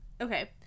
Okay